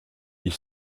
ils